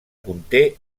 conté